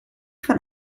von